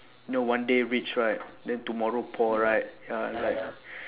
know one day rich right then tomorrow poor right ya like